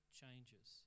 changes